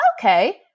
okay